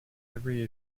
every